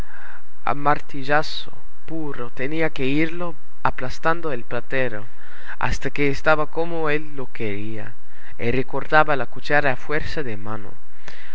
a martillazo puro tenía que irlo aplastando el platero hasta que estaba como él lo quería y recortaba la cuchara a fuerza de mano